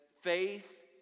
faith